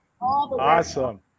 Awesome